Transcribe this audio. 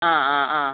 ആ ആ ആ